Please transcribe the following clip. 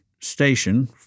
station